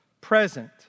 present